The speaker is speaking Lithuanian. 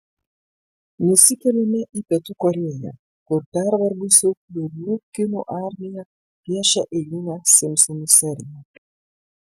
nusikeliame į pietų korėją kur pervargusių liūdnų kinų armija piešia eilinę simpsonų seriją